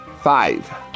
five